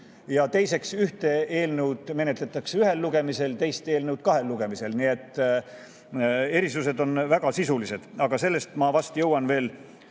Ja teiseks, ühte eelnõu menetletakse ühel lugemisel, teist eelnõu kahel lugemisel. Nii et erisused on väga sisulised, aga sellest ma vast jõuan veel